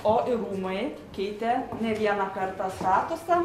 o ir rūmai keitė ne vieną kartą statusą